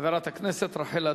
חברת הכנסת רחל אדטו.